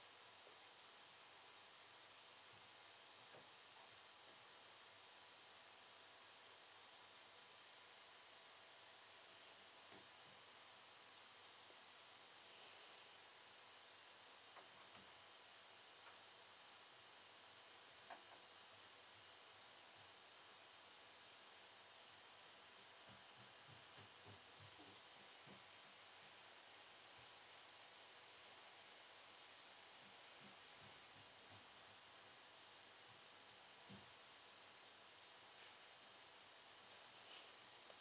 hang